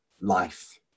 life